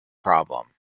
problem